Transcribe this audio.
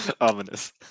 Ominous